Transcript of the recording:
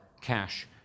cash